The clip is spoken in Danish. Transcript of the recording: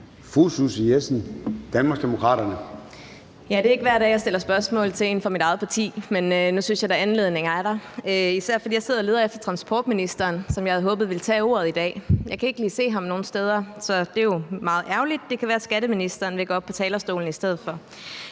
Susie Jessen (DD): Det er ikke hver dag, jeg stiller spørgsmål til en fra mit eget parti, men nu synes jeg da, anledningen er der, især fordi jeg sidder og leder efter transportministeren, som jeg havde håbet ville tage ordet i dag. Jeg kan ikke lige se ham nogen steder, så det er jo meget ærgerligt, men det kan være, at skatteministeren vil gå op på talerstolen i stedet.